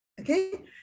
okay